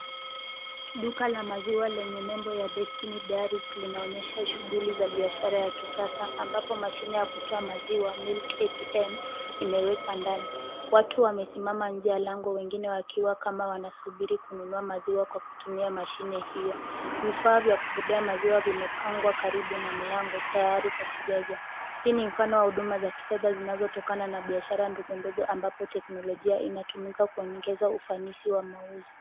Duka la maziwa lenye nembo ya Destiny Dairies linaonyesha shughuli za biashara ya kisasa, ambapo mashine ya kutoa maziwa, Milk ATM imewekwa ndani. Watu wamesimama nje ya lango, wengine wakiwa kama wanasubiri kununua maziwa kwa kutumia mashine hiyo. Vifaa vya kubebea maziwa vimepangwa karibu na mlango tayari kwa kujazwa. Hii ni mfano wa huduma za kifedha zinazotokana na biashara ndogo ndogo, ambapo teknolojia inatumika kuongeza ufanisi wa mauzo.